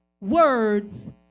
words